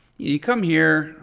you come here.